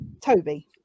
Toby